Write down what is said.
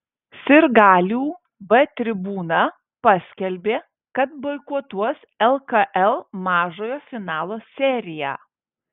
sirgalių b tribūna paskelbė kad boikotuos lkl mažojo finalo seriją